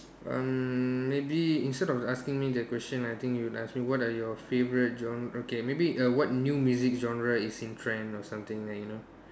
um maybe instead of asking me that question I think you can ask me what are your favourite genre okay maybe err what new music genre is in trend or something like you know